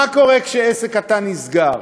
מה קורה כשעסק קטן נסגר?